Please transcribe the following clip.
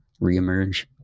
reemerge